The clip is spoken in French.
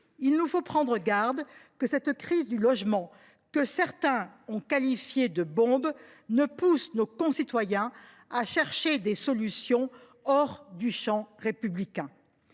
Il nous faut en effet prendre garde que cette crise du logement, que certains ont qualifiée de bombe, ne pousse nos concitoyens à chercher des solutions hors du champ républicain.